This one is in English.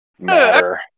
matter